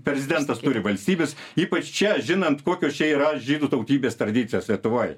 prezidentas turi valstybės ypač čia žinant kokios čia yra žydų tautybės tradicijos lietuvoj